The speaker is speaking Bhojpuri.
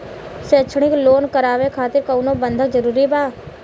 शैक्षणिक लोन करावे खातिर कउनो बंधक जरूरी बा?